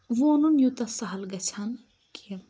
وونُن یوتاہ سہل گَژِھہِ ہا نہٕ کیٚنٛہہ